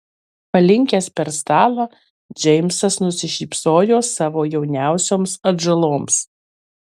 palinkęs per stalą džeimsas nusišypsojo savo jauniausioms atžaloms